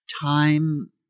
Time